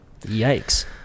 Yikes